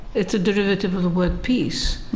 it's a derivative of the word peace.